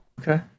Okay